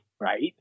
right